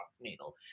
needle